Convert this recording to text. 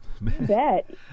bet